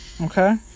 okay